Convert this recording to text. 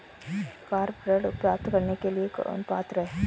Car ऋण प्राप्त करने के लिए कौन पात्र है?